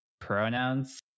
pronouns